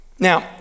Now